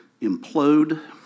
implode